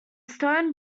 stone